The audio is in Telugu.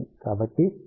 కాబట్టి మనము x 0